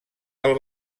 del